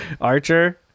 archer